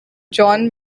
john